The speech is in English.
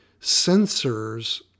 sensors